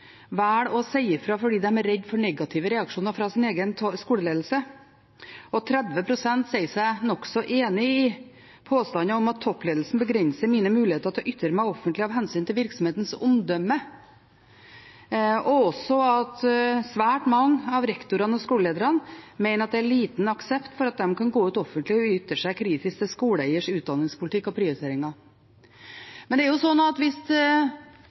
å si fra fordi de er redde for negative reaksjoner fra sin egen skoleledelse, at 30 pst. sier seg nokså enig i påstander om at «toppledelsen begrenser mine muligheter til å ytre meg offentlig av hensyn til virksomhetens omdømme», og også at svært mange av rektorene og skolelederne mener at det er liten aksept for at de kan gå ut offentlig og ytre seg kritisk til skoleeiers utdanningspolitikk og prioriteringer. Men det er jo slik at hvis